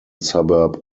suburb